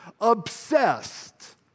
obsessed